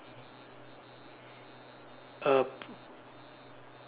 a